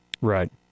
right